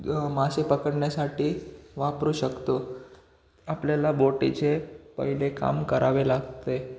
मासे पकडण्यासाठी वापरू शकतो आपल्याला बोटीचे पहिले काम करावे लागते